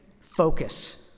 focus